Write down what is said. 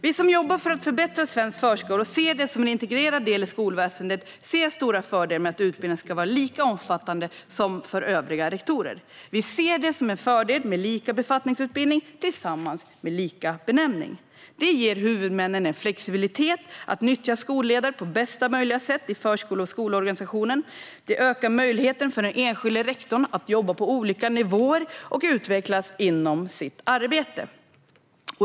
Vi som jobbar för att förbättra svensk förskola och ser den som en integrerad del i skolväsendet ser stora fördelar med att utbildningen ska vara lika omfattande som för övriga rektorer. Vi ser det som en fördel med lika befattningsutbildning tillsammans med lika benämning. Det ger huvudmännen en flexibilitet i att nyttja skolledare på bästa sätt i förskole och skolorganisationen. Det ökar möjligheten för den enskilde rektorn att jobba på olika nivåer och utvecklas i sitt arbete.